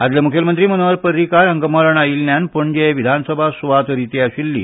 आदले मुखेलमंत्री मनोहर पर्रीकार हांकां मरण आयिल्ल्यान पणजे विधानसभा सुवात रिती आशिल्ली